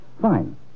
Fine